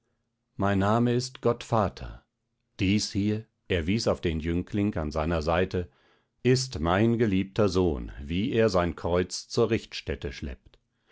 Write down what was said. mein name ist gottvater dies hier er wies auf den jüngling an seiner seite ist mein geliebter sohn wie er sein kreuz zur richtstätte schleppt